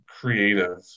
creative